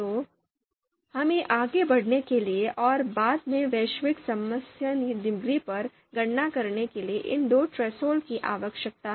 तो हमें आगे बढ़ने के लिए और बाद में वैश्विक समसामयिक डिग्री पर गणना करने के लिए इन दो थ्रेसहोल्ड की आवश्यकता है